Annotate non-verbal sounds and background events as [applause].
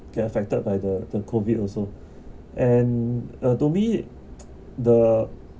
get affected by the the COVID also and uh to me [noise] the